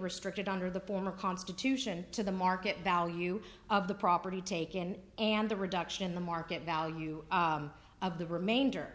restricted under the former constitution to the market value of the property taken and the reduction in the market value of the remainder